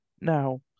Now